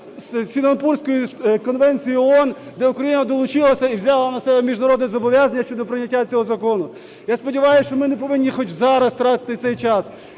Сінгапурської конвенції ООН, де Україна долучилася і взяла на себе міжнародні зобов'язання щодо прийняття цього закону. Я сподіваюсь, що ми не повинні хоч зараз втратити цей час.